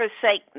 forsake